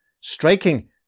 striking